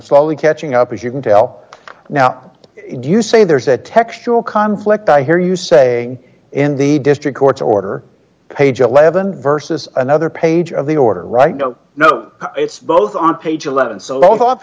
slowly catching up as you can tell now you say there's a textual conflict i hear you say in the district court's order page eleven versus another page of the order right no no it's both on page eleven so